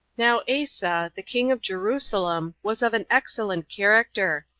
now asa, the king of jerusalem, was of an excellent character,